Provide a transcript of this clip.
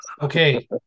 Okay